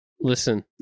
Listen